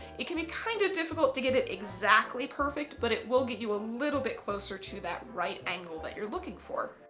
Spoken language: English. it can be kind of difficult to get it exactly perfect, but it will get you a little bit closer to that right angle that you're looking for.